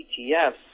ETFs